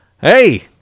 hey